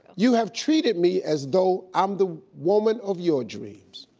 you have treated me as though i'm the woman of your dreams.